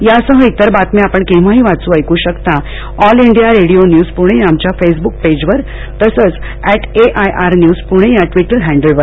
यासह आणि इतर बातम्या आपण केव्हाही वाचूऐकू शकता आमच्या All India Radio News Pune या फेसबुक पेजवर तसंच ऍट एआयआर न्यूज पुणे या ट्विटर हँडलवर